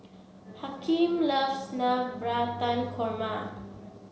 Hakeem loves Navratan Korma